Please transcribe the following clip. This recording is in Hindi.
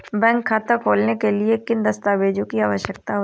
बैंक खाता खोलने के लिए किन दस्तावेजों की आवश्यकता होती है?